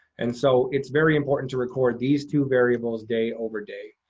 and so it's very important to record these two variables day over day.